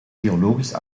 geologisch